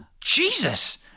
Jesus